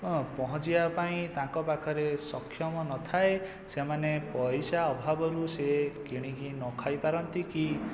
ହଁ ପହଞ୍ଚିବା ପାଇଁ ତାଙ୍କ ପାଖରେ ସକ୍ଷମ ନଥାଏ ସେମାନେ ପଇସା ଅଭାବରୁ ସେ କିଣିକି ନଖାଇ ପାରନ୍ତି କି